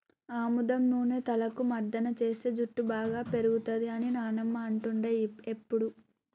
ఆముదం నూనె తలకు మర్దన చేస్తే జుట్టు బాగా పేరుతది అని నానమ్మ అంటుండే ఎప్పుడు